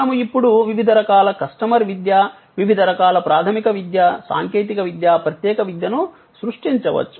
మనము ఇప్పుడు వివిధ రకాల కస్టమర్ విద్య వివిధ రకాల ప్రాథమిక విద్య సాంకేతిక విద్య ప్రత్యేక విద్యను సృష్టించవచ్చు